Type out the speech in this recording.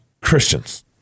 Christians